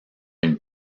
une